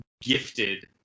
gifted